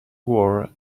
war